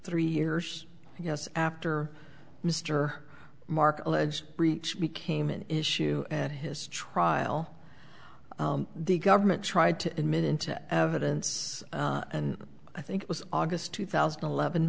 three years yes after mr mark alleged breach became an issue and his trial the government tried to admit into evidence and i think it was august two thousand and eleven